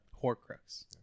Horcrux